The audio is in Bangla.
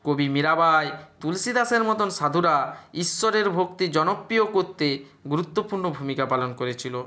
কবি মীরা বাঈ তুলসী দাসের মতন সাধুরা ঈশ্বরের ভক্তি জনপ্রিয় করতে গুরুত্বপূর্ণ ভূমিকা পালন করেছিল